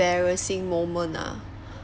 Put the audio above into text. embarrassing moment ah